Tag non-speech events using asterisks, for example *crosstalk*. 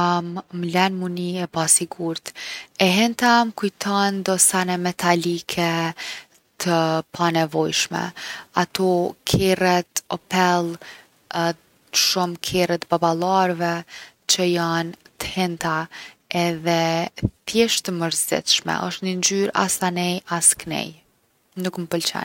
*hesitation* m’len mu ni e pasigurtë. E hinta m’kujton do sene metalike, të panevojshme, ato kerret Opel shumë kerre t’baballarve që jon t’hinta, edhe thjeshtë t’mërzitshme. Osht ni ngjyrë as anej as knej, nuk m’pëlqen.